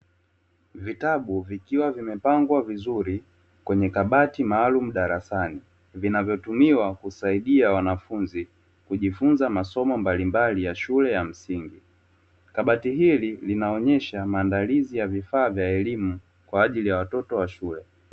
Vitabu vikiwa vimepangwa vizuri kwenye kabati maalumu darasani vinavyo tumiwa kuwasaidia wanafunzi kujifunza masomo mbalimbali ya shule ya msingi, Kabati hili linaonesha maandalizi ya vifaa vya elimu kwaajili ya watoto wa shule.